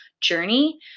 journey